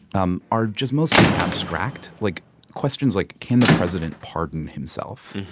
um are just mostly abstract, like questions like can the president pardon himself?